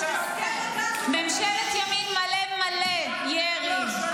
ממשלת ימין מלא מלא ירי,